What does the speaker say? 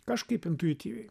kažkaip intuityviai